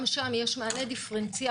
גם שם יש מענה דיפרנציאלי,